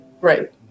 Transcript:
Right